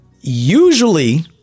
usually